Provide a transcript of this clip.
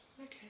Okay